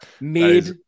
mid